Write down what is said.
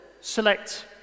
select